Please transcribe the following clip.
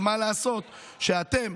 אבל מה לעשות שאתם,